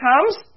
comes